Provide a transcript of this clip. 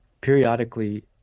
periodically